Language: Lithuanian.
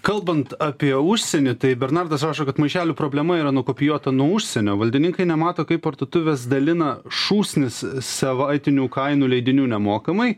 kalbant apie užsienį tai bernardas rašo kad maišelių problema yra nukopijuota nuo užsienio valdininkai nemato kaip parduotuvės dalina šūsnis savaitinių kainų leidinių nemokamai